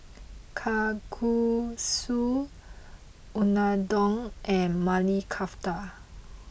Kalguksu Unadon and Maili Kofta